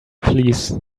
police